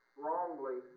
wrongly